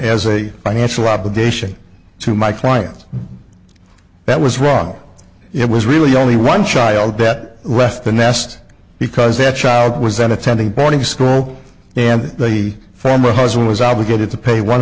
as a financial obligation to my client that was wrong it was really only one child that left the nest because that child was an attending boarding school and the former husband was obligated to pay one